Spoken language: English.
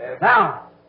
Now